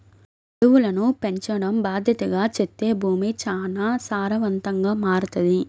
అడవులను పెంచడం బాద్దెతగా చేత్తే భూమి చానా సారవంతంగా మారతది